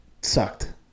sucked